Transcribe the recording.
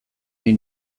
nahi